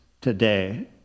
today